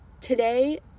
Today